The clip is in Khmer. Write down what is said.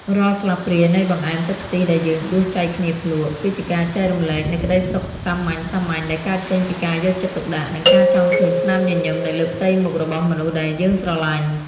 រាល់ស្លាបព្រានៃបង្អែមទឹកខ្ទិះដែលយើងដួសចែកគ្នាភ្លក់ គឺជាការចែករំលែកនូវក្ដីសុខសាមញ្ញៗដែលកើតចេញពីការយកចិត្តទុកដាក់ និងការចង់ឃើញស្នាមញញឹមនៅលើផ្ទៃមុខរបស់មនុស្សដែលយើងស្រឡាញ់។